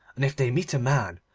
and if they meet a man,